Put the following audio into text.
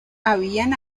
habían